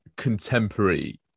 contemporary